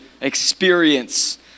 experience